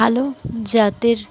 ভালো জাতের